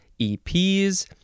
EPs